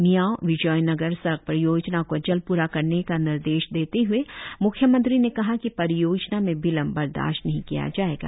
मियाओ विजोयनगर सड़क परियोजना को जल्द पूरा करने का निर्देश देते हुए मुख्यमंत्री ने कहा कि परियोजना में विलंब बर्दाश्त नहीं किया जाएगा